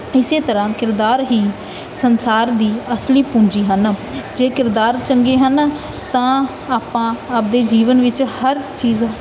ਇਸੇ ਤਰ੍ਹਾਂ ਕਿਰਦਾਰ ਹੀ ਸੰਸਾਰ ਦੀ ਅਸਲੀ ਪੂੰਜੀ ਹਨ ਜੇ ਕਿਰਦਾਰ ਚੰਗੇ ਹਨ ਤਾਂ ਆਪਾਂ ਆਪਦੇ ਜੀਵਨ ਵਿੱਚ ਹਰ ਚੀਜ਼